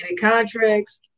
contracts